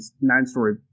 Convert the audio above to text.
nine-story